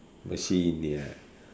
machine ya